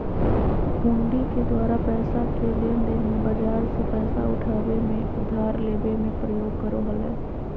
हुंडी के द्वारा पैसा के लेनदेन मे, बाजार से पैसा उठाबे मे, उधार लेबे मे प्रयोग करो हलय